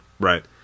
Right